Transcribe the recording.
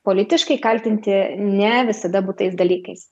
politiškai kaltinti ne visada būtais dalykais